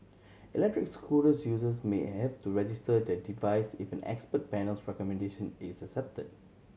electric scooter users may have to register their device if an expert panel's recommendation is accepted